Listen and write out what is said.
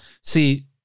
See